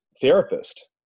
therapist